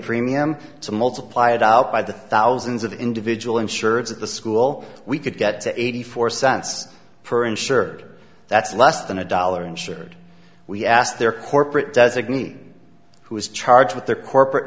premium to multiply it out by the thousands of individual insurance at the school we could get to eighty four cents per insured that's less than a dollar insured we asked their corporate designee who was charged with their corporate